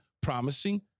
promising